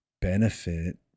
benefit